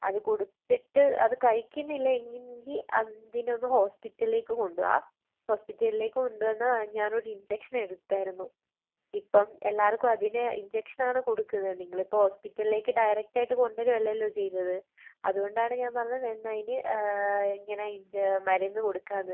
അത് കൊടുത്തിട്ട് അത് കഴിക്കുന്നിലെങ്കിൽ അതിനൊന്ന് ഹോസ്പ്പിറ്റലിലേക്ക് കൊണ്ടുവാ ഹോസ്പ്പിറ്റലിലേക്ക് കൊണ്ടുവന്നാൽ ഞാനൊരു ഇൻജെക്ഷൻ എടുക്കാമായിരുന്നു ഇപ്പം എല്ലാവർക്കും അതിന് ഇൻജെക്ഷൻ ആണ് കൊടുക്കുന്നത് നിങ്ങളിപ്പോൾ ഹോസ്പ്പിറ്റലിലേക്ക് ഡയറക്റ്റായിട്ട് കൊണ്ടുവരല്ലല്ലോ ചെയ്യുന്നത് അതുകൊണ്ടാണ് ഞാൻ പറഞ്ഞത് എന്നാൽ ഇനി ഇങ്ങനേ മരുന്ന് കൊടുക്കാന്ന്